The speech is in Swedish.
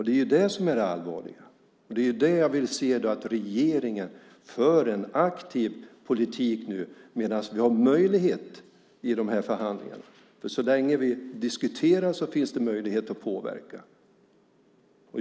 Det är det som är det allvarliga, och jag vill se att regeringen för en aktiv politik nu medan vi har möjlighet i de här förhandlingarna. Så länge vi diskuterar finns det möjlighet att påverka.